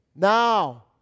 Now